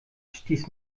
stieß